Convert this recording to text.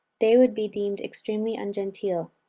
they would be deemed extremely ungenteel.